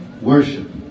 worship